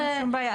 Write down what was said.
אין שום בעיה.